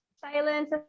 silence